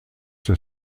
der